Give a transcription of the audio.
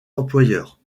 employeurs